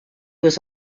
was